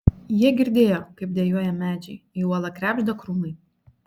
jie girdėjo kaip dejuoja medžiai į uolą krebžda krūmai